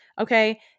Okay